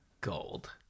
gold